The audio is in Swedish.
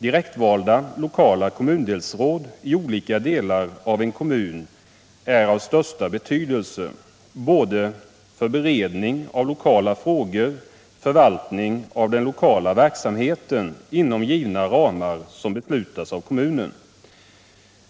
Direktvalda lokala kommundelsråd i olika delar av en kommun är av största betydelse, både för beredning av lokala frågor och för förvaltning av den lokala verksamheten inom givna ramar som beslutas av kommunen.